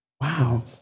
Wow